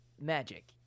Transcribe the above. magic